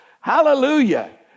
Hallelujah